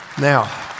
Now